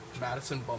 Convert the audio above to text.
Madison